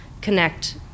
connect